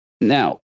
Now